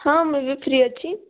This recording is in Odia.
ହଁ ମୁଁ ବି ଫ୍ରୀ ଅଛି